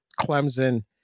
Clemson